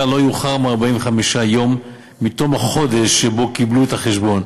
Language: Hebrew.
לא יאוחר מ-45 ימים מתום החודש שבו קיבלו את החשבון,